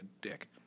dick